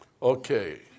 Okay